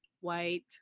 white